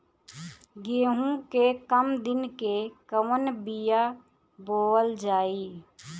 गेहूं के कम दिन के कवन बीआ बोअल जाई?